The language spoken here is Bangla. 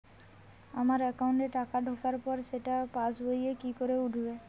আমার একাউন্টে টাকা ঢোকার পর সেটা পাসবইয়ে কি করে উঠবে?